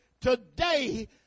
today